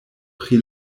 pri